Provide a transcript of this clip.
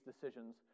decisions